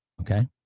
Okay